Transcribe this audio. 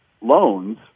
loans